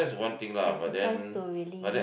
exercise to really